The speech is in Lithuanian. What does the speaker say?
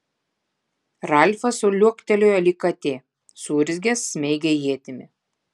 ralfas liuoktelėjo lyg katė suurzgęs smeigė ietimi